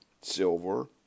silver